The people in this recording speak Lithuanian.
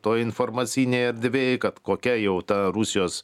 toj informacinėj erdvėj kad kokia jau ta rusijos